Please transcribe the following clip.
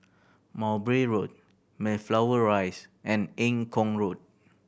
Mowbray Road Mayflower Rise and Eng Kong Road